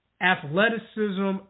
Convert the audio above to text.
athleticism